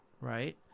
right